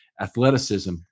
athleticism